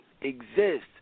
exist